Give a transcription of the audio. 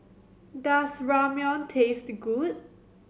does Ramyeon taste good